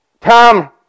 Tom